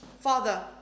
Father